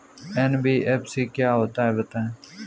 NBFC क्या होता है बताएँ?